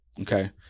Okay